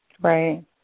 Right